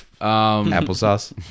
applesauce